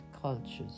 cultures